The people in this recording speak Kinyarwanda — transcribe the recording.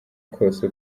kose